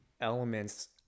elements